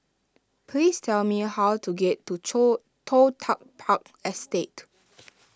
please tell me how to get to Chore Toh Tuck Park Estate